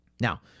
Now